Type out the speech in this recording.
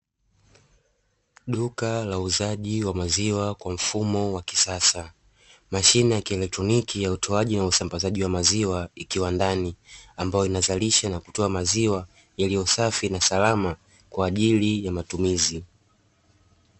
Duka la uuzaji wa maziwa kwa mfumo wa kisasa, mashine ya kielotroniki ya utoaji na usambazaji wa maziwa ikiwa ndani ambayo inazalisha na kutoa maziwa yaliyo safi na salama kwa ajili ya matumizi.